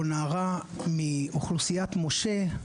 או נערה מאוכלוסיית משה,